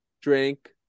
drink